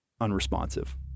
unresponsive